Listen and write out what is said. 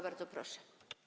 Bardzo proszę.